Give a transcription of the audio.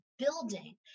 building